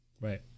Right